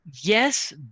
yes